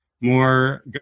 more